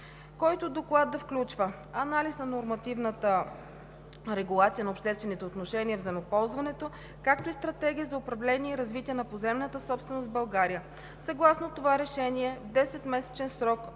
който да включва анализ на нормативната регулация на обществените отношения в земеползването, както и стратегия за управление и развитие на поземлената собственост в България. Съгласно това решение в 10-месечен срок